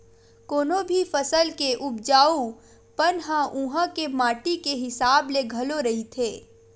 कोनो भी फसल के उपजाउ पन ह उहाँ के माटी के हिसाब ले घलो रहिथे